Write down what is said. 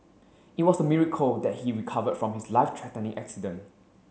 it was a miracle that he recovered from his life threatening accident